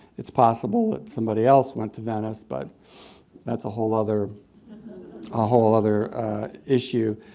it's possible that somebody else went to venice. but that's a whole other ah whole other issue.